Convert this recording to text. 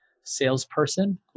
salesperson